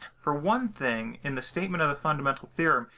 for one thing in the statement of the fundamental theorem,